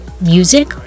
Music